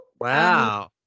Wow